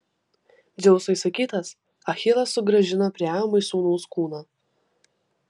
dzeuso įsakytas achilas sugrąžino priamui sūnaus kūną